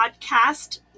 podcast